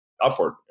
upward